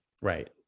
Right